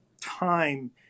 time